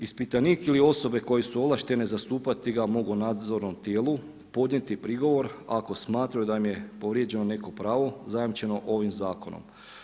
Ispitanik ili osobe koje su ovlaštene zastupati ga mogu nadzornom tijelu podnijeti prigovor ako smatraju da im je povrijeđeno neko pravo zajamčeno ovim zakonom.